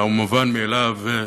מובן מאליו.